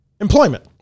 employment